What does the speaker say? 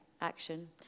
action